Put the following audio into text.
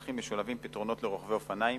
לדרכים משולבים פתרונות לרוכבי אופניים,